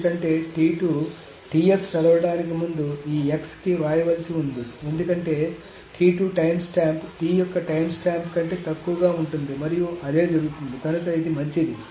ఎందుకంటే ts చదవడానికి ముందు ఈ x కి వ్రాయవలసి ఉంది ఎందుకంటే టైమ్స్టాంప్ T యొక్క టైమ్స్టాంప్ కంటే తక్కువగా ఉంటుంది మరియు అదే జరుగుతోంది కనుక ఇది మంచిది